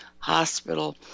Hospital